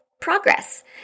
progress